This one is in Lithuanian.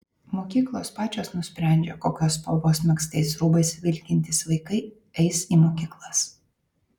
mokyklos pačios nusprendžia kokios spalvos megztais rūbais vilkintys vaikai eis į mokyklas